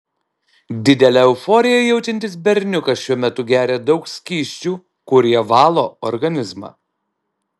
didelę euforiją jaučiantis berniukas šiuo metu geria daug skysčių kurie valo organizmą